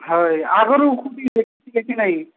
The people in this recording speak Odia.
ହଁ ଆଗରୁ କୋଉଠି ଦେଖେଇଥିଲେ କି ନାହିଁ